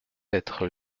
être